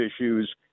issues